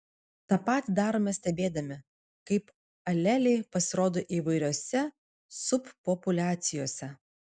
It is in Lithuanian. tą patį darome stebėdami kaip aleliai pasirodo įvairiose subpopuliacijose